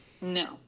No